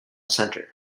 centre